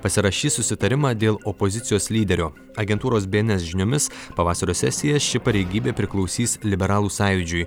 pasirašys susitarimą dėl opozicijos lyderio agentūros bns žiniomis pavasario sesiją ši pareigybė priklausys liberalų sąjūdžiui